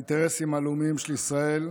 לאינטרסים הלאומיים של ישראל,